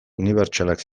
unibertsalak